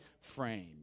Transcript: frame